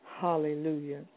Hallelujah